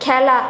খেলা